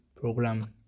program